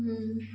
ఆ